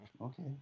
Okay